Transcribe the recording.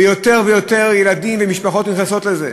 ויותר ויותר ילדים ומשפחות נכנסים לזה.